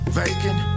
vacant